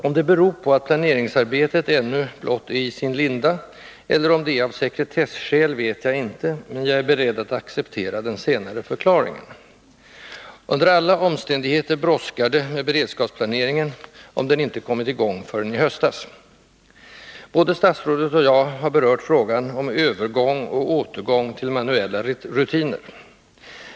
Om det beror på att planeringsarbetet ännu blott är i sin linda eller om det är av sekretesskäl vet jag inte, men jag är beredd att acceptera den senare förklaringen. Under alla omständigheter brådskar det med beredskapsplaneringen, om den inte kommit i gång förrän i höstas. Både statsrådet och jag har berört frågan om övergång och återgång till manuella rutiner.